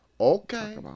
Okay